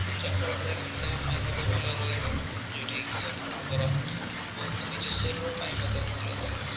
ଯାହାଫଳରେ କିି ଦେହ ପାଇଁ ମୋତେ ଭଲ ରହିବ ଯୋଉଟାକି ଆପଣଙ୍କର ବହୁତ ନିଜ ଶରୀର ପାଇଁ ମଧ୍ୟ ଭଲ ରହିବ